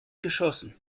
geschossen